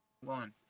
One